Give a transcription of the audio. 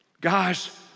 Guys